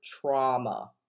trauma